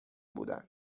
بودن